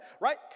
right